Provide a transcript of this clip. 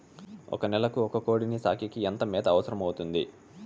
ఒక నెలకు ఒక కోడిని సాకేకి ఎంత మేత అవసరమవుతుంది?